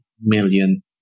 million